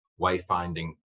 Wayfinding